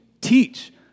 teach